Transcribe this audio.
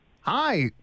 Hi